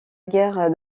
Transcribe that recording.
guerre